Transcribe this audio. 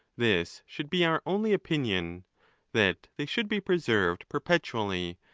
this should be our only opinion that they should be preserved perpetually,